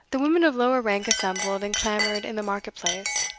the women of lower rank assembled and clamoured in the market-place.